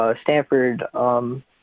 Stanford